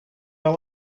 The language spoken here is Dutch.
wel